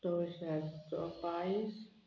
तवश्यांचो पायस